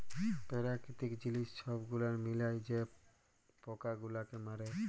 পেরাকিতিক জিলিস ছব গুলাল মিলায় যে পকা গুলালকে মারে